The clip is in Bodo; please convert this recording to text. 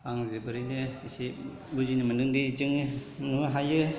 आं जोबोरैनो एसे बुजिनो मोन्दों दि जोङो नुनो हायो